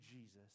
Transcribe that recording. Jesus